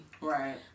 Right